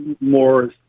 more